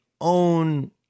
own